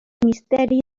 misteri